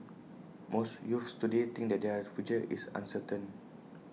most youths today think that their future is uncertain